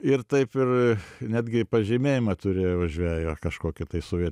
ir taip ir netgi pažymėjimą turėjau žvejo kažkokį tai sovie